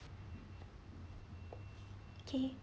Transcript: K